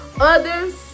Others